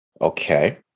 Okay